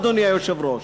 אדוני היושב-ראש,